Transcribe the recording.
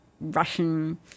Russian